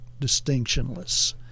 distinctionless